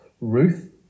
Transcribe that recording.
Ruth